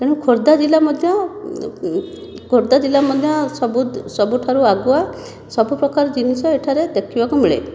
ତେଣୁ ଖୋର୍ଦ୍ଧା ଜିଲ୍ଲା ମଧ୍ୟ ଖୋର୍ଦ୍ଧା ଜିଲ୍ଲା ମଧ୍ୟ ସବୁ ସବୁଠାରୁ ଆଗୁଆ ସବୁ ପ୍ରକାରର ଜିନିଷ ଏଠାରେ ଦେଖିବାକୁ ମିଳେ